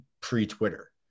pre-Twitter